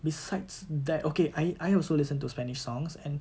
besides that okay I I also listen to spanish songs and